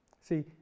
See